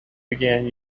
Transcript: began